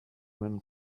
when